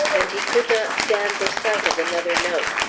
and he could not stand the sight of another note.